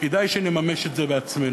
כדאי שנממש את זה בעצמנו.